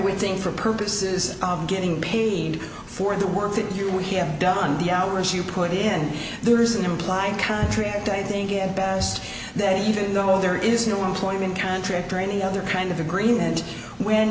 would think for purposes of getting paid for the work that you would have done the hours you put in there is an implied contract i think it best that even though there is no employment contract or any other kind of agreement when